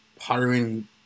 hiring